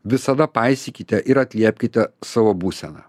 visada paisykite ir atliepkite savo būseną